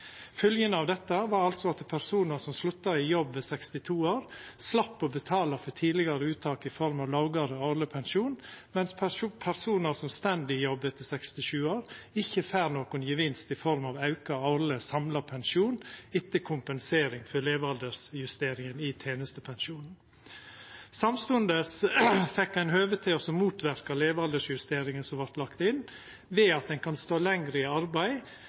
Følgjene av dette var altså at personar som slutta i jobb ved 62 år, slapp å betala for tidlegare uttak i form av lågare årleg pensjon, mens personar som står i jobb etter 67 år, ikkje får nokon gevinst i form av auka årleg samla pensjon etter kompensasjon for levealdersjustering i tenestepensjonen. Samstundes fekk ein høve til å motverka levealdersjusteringa som vart lagd inn, ved at ein kan stå lenger i arbeid